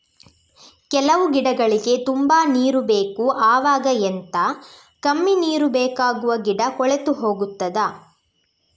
ಕೆಲವು ಗಿಡಗಳಿಗೆ ತುಂಬಾ ನೀರು ಬೇಕು ಅವಾಗ ಎಂತ, ಕಮ್ಮಿ ನೀರು ಬೇಕಾಗುವ ಗಿಡ ಕೊಳೆತು ಹೋಗುತ್ತದಾ?